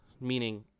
meaning